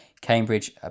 Cambridge